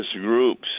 groups